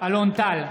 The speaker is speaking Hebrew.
אלון טל,